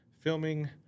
filming